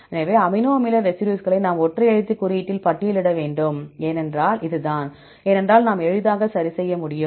எனவே அமினோ அமில ரெசிடியூஸ்களை நாம் ஒற்றை எழுத்து குறியீட்டில் பட்டியலிட வேண்டும் ஏனென்றால் இதுதான் ஏனென்றால் நாம் எளிதாக சரி செய்ய முடியும்